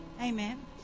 Amen